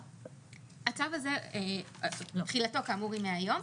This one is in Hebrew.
הצו הזה, תחילתו כאמור היא מהיום.